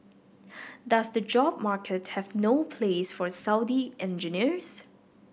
does the job market have no place for Saudi engineers